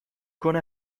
کنه